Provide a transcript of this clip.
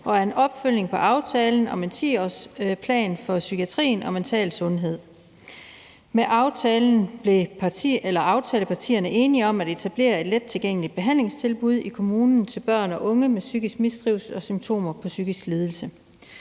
det er en opfølgning på aftalen om en 10-årsplan for psykiatrien og mental sundhed. Med aftalen blev aftalepartierne enige om at etablere et lettilgængeligt behandlingstilbud i kommunen til børn og unge med psykisk mistrivsel og symptomer på psykiske lidelser.